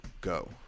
go